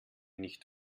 nicht